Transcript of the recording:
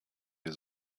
wir